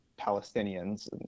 palestinians